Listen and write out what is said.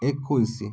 ଏକୋଇଶ